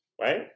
right